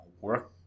work